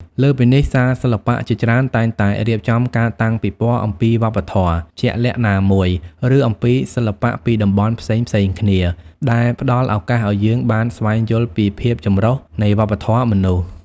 លើសពីនេះ សាលសិល្បៈជាច្រើនតែងតែរៀបចំការតាំងពិពណ៌អំពីវប្បធម៌ជាក់លាក់ណាមួយ ឬអំពីសិល្បៈពីតំបន់ផ្សេងៗគ្នា ដែលផ្តល់ឱកាសឲ្យយើងបានស្វែងយល់ពីភាពចម្រុះនៃវប្បធម៌មនុស្ស។